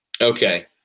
Okay